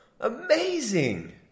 Amazing